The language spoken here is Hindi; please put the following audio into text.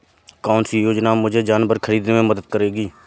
कौन सी योजना मुझे जानवर ख़रीदने में मदद करेगी?